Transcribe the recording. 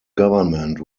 government